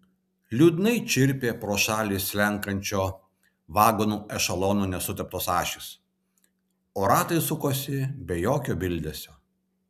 liūdnai čirpė pro šalį slenkančio vagonų ešelono nesuteptos ašys o ratai sukosi be jokio bildesio